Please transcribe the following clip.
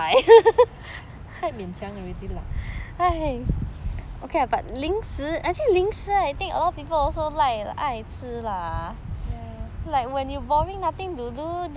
ya